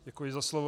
Děkuji za slovo.